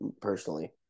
personally